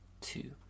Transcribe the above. Two